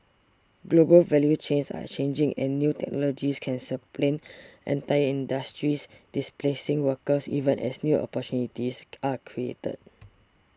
global value chains are changing and new technologies can supplant in entire industries displacing workers even as new opportunities are created